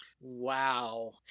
Wow